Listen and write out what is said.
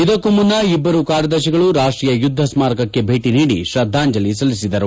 ಇದಕ್ಕೂ ಮುನ್ನ ಇಭ್ಗರೂ ಕಾರ್ಯದರ್ತಿಗಳು ರಾಷ್ಷೀಯ ಯುದ್ದ ಸ್ನಾರಕಕ್ಕೆ ಭೇಟ ನೀಡಿ ಶ್ರದ್ದಾಂಜಲಿ ಸಲ್ಲಿಸಿದರು